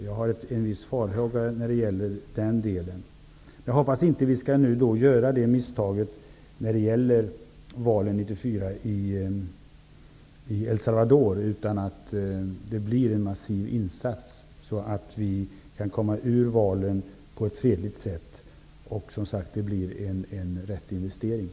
Jag hyser vissa farhågor i fråga om detta. Jag hoppas att vi nu inte skall göra det misstaget när det gäller valen 1994 i El Salvador utan att det blir en massiv insats, så att valen kan genomföras på ett fredligt sätt och så att det blir en riktig investering.